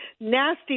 nasty